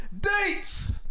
Dates